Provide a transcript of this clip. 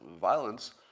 violence